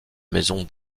maison